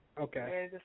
Okay